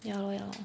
ya lor ya lor